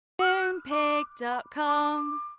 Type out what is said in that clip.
Moonpig.com